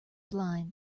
blind